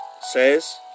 says